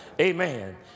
Amen